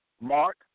Mark